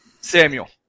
Samuel